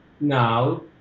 now